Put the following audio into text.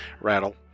rattle